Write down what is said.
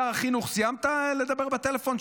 שר החינוך, סיימת לדבר בטלפון?